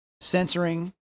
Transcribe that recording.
censoring